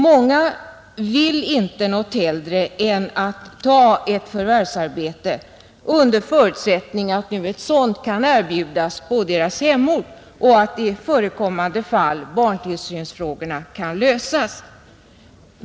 Många vill inte någonting hellre än att ta ett förvärvsarbete, under förutsättning att ett sådant kan erbjudas på deras hemort och att i förekommande fall barntillsynsfrågorna kan lösas.